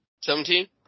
Seventeen